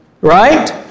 Right